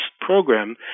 program